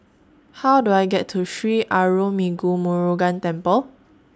How Do I get to Sri Arulmigu Murugan Temple